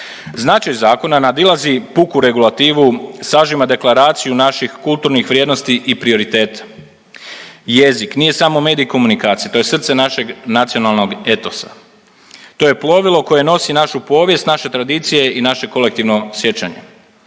Značaj zakona nadilazi puku regulativu, sažima deklaraciju naših kulturnih vrijednosti i prioriteta. Jezik nije samo medij komunikacije to je srce našeg nacionalnog etosa, to je plovilo koje nosi našu povijest, naše tradicije i naše kolektivno sjećanje.